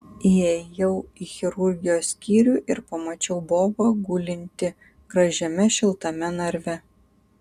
įėjau į chirurgijos skyrių ir pamačiau bobą gulintį gražiame šiltame narve